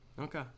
Okay